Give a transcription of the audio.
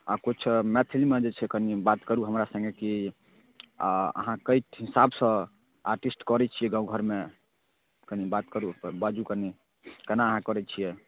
आ किछु मैथिलीमे जे छै कनि बात करू हमरा सङ्गे कि अहाँ कइ हिसाबसँ आर्टिस्ट करै छियै गाम घरमे कनि बात करू ओहिपर बाजू कनि केना अहाँ करै छियै